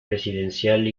residencial